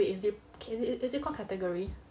wait is it called category